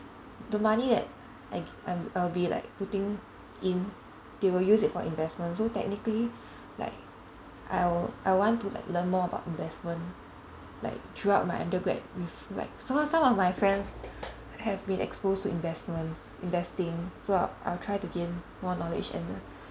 the money that I g~ I I'll be like putting in they will use it for investment so technically like I'll I want to like learn more about investment like throughout my undergrad if like some some of my friends have been exposed to investments investing so I I'll try to gain more knowledge and